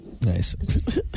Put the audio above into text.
Nice